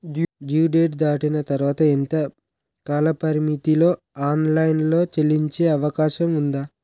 Due date దాటిన తర్వాత ఎంత కాలపరిమితిలో ఆన్ లైన్ లో చెల్లించే అవకాశం వుంది?